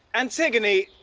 antigone.